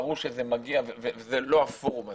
ברור שזה מגיע וזה לא הפורום הזה,